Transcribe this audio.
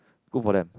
good for them